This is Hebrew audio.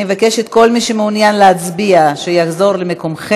אני מבקשת, כל מי מעוניין להצביע, שיחזור למקומו.